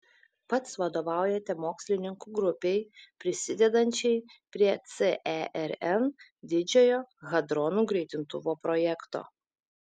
pats vadovaujate mokslininkų grupei prisidedančiai prie cern didžiojo hadronų greitintuvo projekto